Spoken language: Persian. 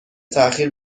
تاخیر